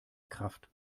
kraft